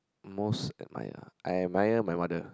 most admired ah I admire my mother